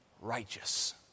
righteous